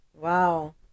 wow